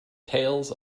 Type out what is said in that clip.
tales